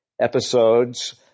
Episodes